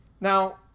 Now